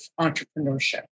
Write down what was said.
entrepreneurship